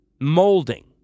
molding